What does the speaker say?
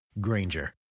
Granger